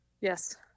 Yes